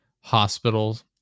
hospitals